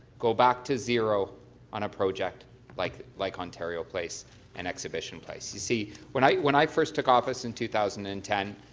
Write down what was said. go back to zero on a project like like ontario place and exhibition place. you see, when i when i first took office in two thousand and ten,